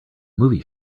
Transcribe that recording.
movie